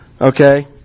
Okay